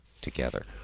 together